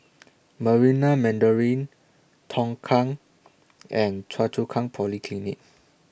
Marina Mandarin Tongkang and Choa Chu Kang Polyclinic